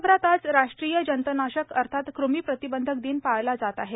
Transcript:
देशभरात आज राष्ट्रीय जंतनाशक अर्थात क़मी प्रतिबंध दिन पाळला जात आहे